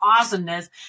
awesomeness